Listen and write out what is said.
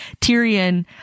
Tyrion